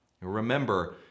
Remember